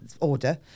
order